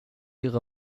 ihre